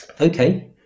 okay